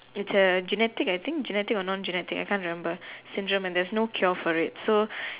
it's a genetic I think genetic or non genetic I can't remember syndrome and there's no cure for it so